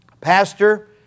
Pastor